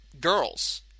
girls